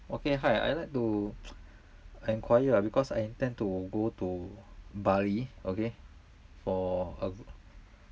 okay hi I would like to enquire ah because I intend to go to bali okay for a